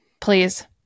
please